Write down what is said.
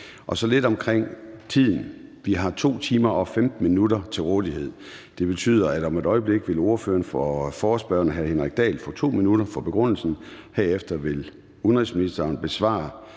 gør jeg opmærksom på, at vi har 2 timer og 15 minutter til rådighed. Det betyder, at om et øjeblik vil ordføreren for forespørgerne, hr. Henrik Dahl, få 2 minutter for begrundelsen, herefter vil udenrigsministeren besvare